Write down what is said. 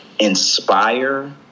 inspire